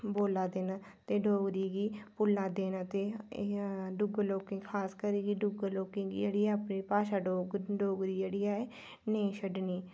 बोल्ला दे न ते डोगरी गी भुल्ला दे न ते डुग्गर लोकें खास करियै डुग्गर दी जेह्ड़ी ऐ अपनी भाशा डोगरी जेह्ड़ी ऐ एह् नेईं छड्डनी